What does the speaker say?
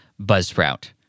buzzsprout